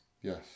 Yes